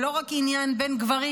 ולא רק עניין בין גברים,